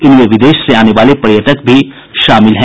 इनमें विदेश से आने वाले पर्यटक भी शामिल हैं